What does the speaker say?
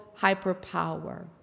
hyperpower